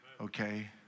okay